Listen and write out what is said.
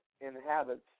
inhabits